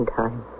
time